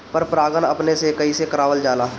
पर परागण अपने से कइसे करावल जाला?